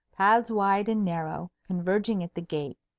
paths wide and narrow, converging at the gate,